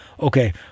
Okay